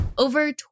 Over